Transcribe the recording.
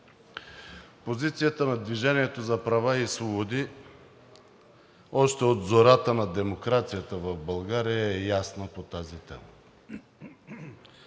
Позицията на „Движение за права и свободи“ още от зората на демокрацията в България по тази тема